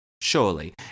Surely